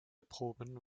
proben